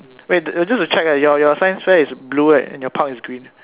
wait uh just to check right your your science fair is blue right and your park is green